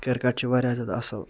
cricket چھُ واریاہ زیادٕ اصل